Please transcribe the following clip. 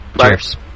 Cheers